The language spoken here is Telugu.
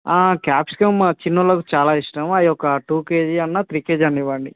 క్యాప్సికం మా చిన్న వాళ్ళకి చాలా ఇష్టం అవి ఒక టూ కేజీ అన్నా త్రీ కేజీ అన్నా ఇవ్వండి